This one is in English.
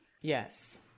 Yes